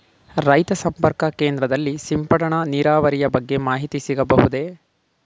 ರೈತ ಸಂಪರ್ಕ ಕೇಂದ್ರದಲ್ಲಿ ಸಿಂಪಡಣಾ ನೀರಾವರಿಯ ಬಗ್ಗೆ ಮಾಹಿತಿ ಸಿಗಬಹುದೇ?